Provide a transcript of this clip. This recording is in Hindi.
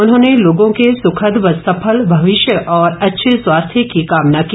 उन्होंने लोगो के सुखद व सफल भविष्य और अच्छे स्वास्थ्य की कामना की